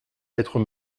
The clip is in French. être